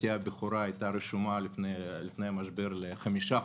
בתי הבכורה הייתה רשומה לפני המשבר לחמישה חוגים.